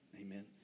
Amen